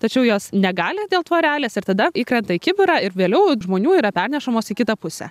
tačiau jos negali dėl tvorelės ir tada įkrenta į kibirą ir vėliau žmonių yra pernešamos į kitą pusę